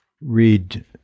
read